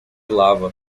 lava